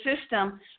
system